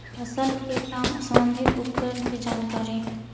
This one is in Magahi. फसल के काम संबंधित उपकरण के जानकारी?